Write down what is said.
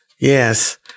Yes